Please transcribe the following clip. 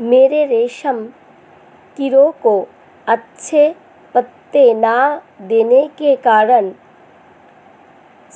मेरे रेशम कीड़ों को अच्छे पत्ते ना देने के कारण